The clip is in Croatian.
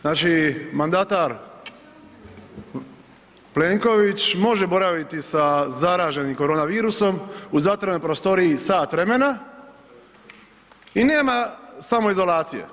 Znači, mandatar Plenković može boraviti sa zareženim korona virusom u zatvorenoj prostoriji sat vremena i nema samoizolacije.